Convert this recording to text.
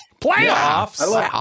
Playoffs